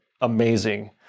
amazing